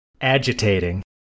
Agitating